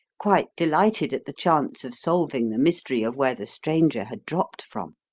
quite delighted at the chance of solving the mystery of where the stranger had dropped from.